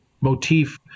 motif